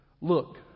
Look